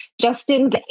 justin's